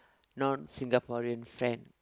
non Singaporean friend